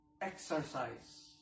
exercise